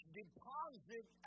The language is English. deposit